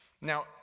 Now